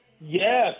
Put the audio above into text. Yes